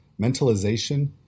mentalization